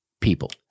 people